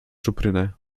czuprynę